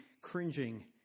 cringing